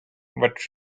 but